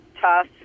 tough